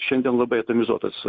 šiandien labai atomizuotas